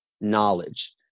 knowledge